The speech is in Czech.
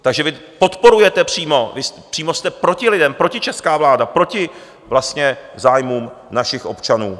Takže vy podporujete přímo, vy jste přímo proti lidem, protičeská vláda, proti vlastně zájmům našich občanů.